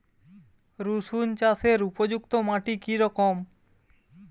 রুসুন চাষের উপযুক্ত মাটি কি রকম?